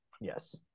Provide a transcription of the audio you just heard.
Yes